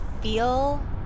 feel